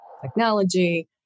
technology